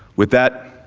with that,